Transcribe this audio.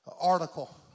article